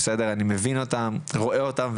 אני מבין ורואה אותם,